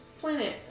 planet